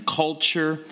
culture